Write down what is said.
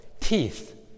teeth